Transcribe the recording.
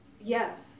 Yes